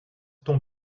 ton